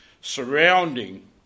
surrounding